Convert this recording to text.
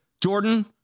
Jordan